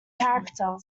character